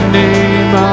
name